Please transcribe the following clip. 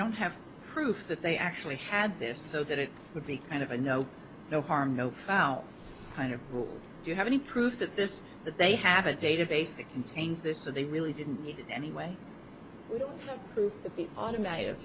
don't have proof that they actually had this so that it would be kind of a no no harm no foul kind of you have any proof that this that they have a database that contains this so they really didn't need it anyway